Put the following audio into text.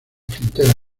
frontera